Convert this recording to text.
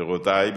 רבותי,